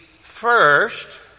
first